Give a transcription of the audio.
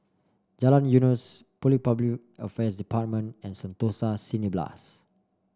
Jalan Eunos Public Affairs Department and Sentosa Cineblast